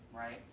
right.